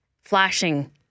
flashing